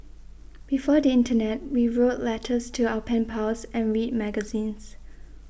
before the internet we wrote letters to our pen pals and read magazines